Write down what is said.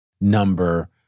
number